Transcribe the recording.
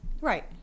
Right